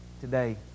Today